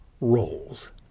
roles